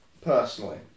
personally